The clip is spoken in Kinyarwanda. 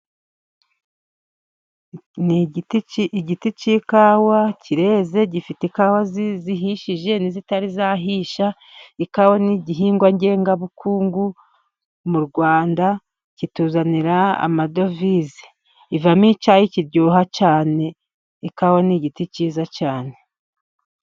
Ni igiti usedcy'ikawa kireze, gifite ikawa zihishije n'izitarahisha, ikawa ni igihingwa ngengabukungu mu Rwanda, kituzanira amadovize. Ivamo icyayi kiryoha cyane, ikawa ni igiti cyiza cyane.